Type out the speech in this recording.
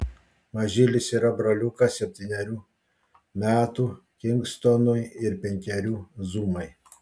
mažylis yra broliukas septynerių metų kingstonui ir penkerių zumai